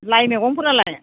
लाइ मैगंफोरालाय